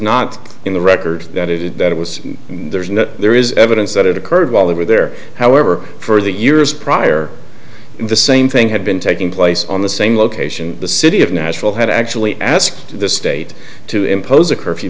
not in the record that it is that it was theirs and that there is evidence that it occurred while they were there however for the years prior the same thing had been taking place on the same location the city of nashville had actually asked the state to impose a curfew